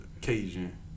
Cajun